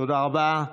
תודה רבה.